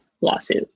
lawsuit